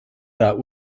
that